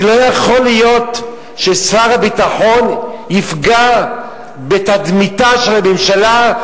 כי לא יכול להיות ששר הביטחון יפגע בתדמיתה של הממשלה,